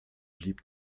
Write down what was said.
blieb